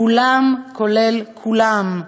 כולם, כולל כולם,